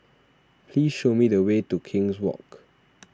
please show me the way to King's Walk